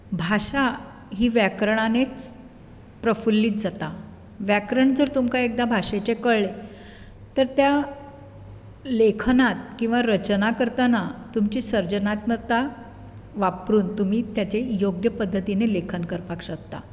भाशा ही व्याकरणानीच प्रफुल्लीत जाता व्याकरण जर तुमकां एकदां भाशेंचें कळ्ळें तर त्या लेखनांत किंवा रचना करतना तुमची सृजनात्मकता वापरून तुमी ताचें योग्य पद्दतीनूय लेखन करूंक शकतात